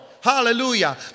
Hallelujah